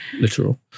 Literal